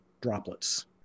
droplets